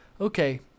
Okay